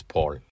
Paul